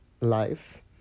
life